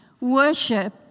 Worship